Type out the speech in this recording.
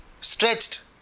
stretched